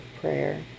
prayer